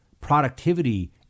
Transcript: productivity